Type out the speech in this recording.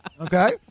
Okay